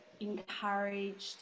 encouraged